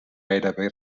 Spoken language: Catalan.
gairebé